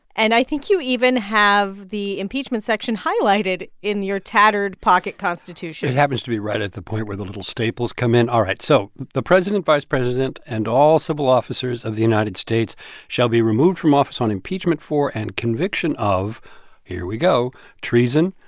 and i think you even have the impeachment section highlighted in your tattered pocket constitution it happens to be right at the point where the little staples come in. all right, so the president, vice president and all civil officers of the united states shall be removed from office on impeachment for and conviction of here we go treason,